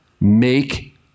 make